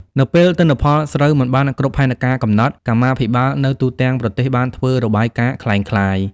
នៅពេលទិន្នផល ស្រូវមិនបានគ្រប់ផែនការកំណត់ កម្មាភិបាលនៅទូទាំងប្រទេសបានធ្វើរបាយការណ៍ក្លែងក្លាយ។